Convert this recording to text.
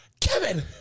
Kevin